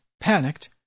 panicked